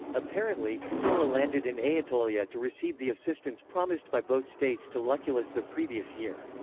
apparently, sulla landed in aetolia to receive the assistance promised by both states to lucullus the previous year.